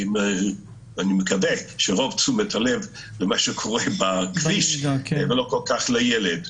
ואני מקווה שרוב תשומת הלב היא למה שקורה בכביש ולא כל כך לילד.